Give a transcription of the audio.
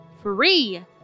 free